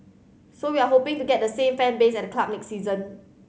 so we're hoping to get the same fan base at the club next season